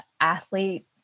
athlete